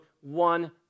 one